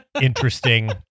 Interesting